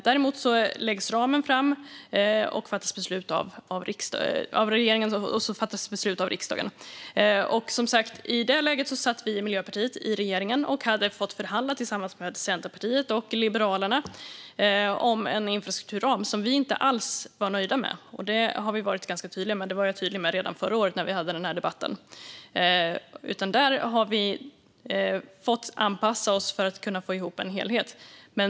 När det gäller ramen är det däremot regeringen som lägger fram förslag om den och riksdagen som sedan fattar beslut. I det läget satt vi i Miljöpartiet i regeringen och hade fått förhandla tillsammans med Centerpartiet och Liberalerna om en infrastrukturram som vi inte alls var nöjda med. Det har vi varit ganska tydliga med - jag var tydlig med det redan förra året när vi hade den här debatten. Där har vi fått anpassa oss för att kunna få ihop en helhet.